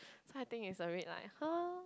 so I think it's a bit like !huh!